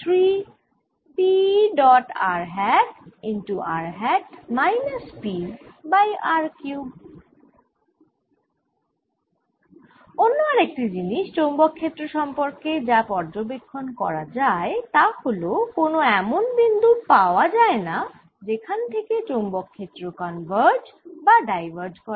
অন্য আরেকটি জিনিষ চৌম্বক ক্ষেত্র সম্পর্কে যা পর্যবেক্ষণ করা যায় তা হল কোন এমন বিন্দু পাওয়া যায় না যেখান থেকে চৌম্বক ক্ষেত্র কনভার্জ বা ডাইভার্জ করে